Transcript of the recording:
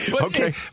okay